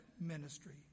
ministry